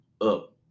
up